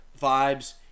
vibes